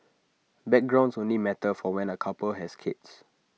backgrounds only matter for when A couple has kids